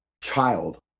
child